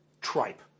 tripe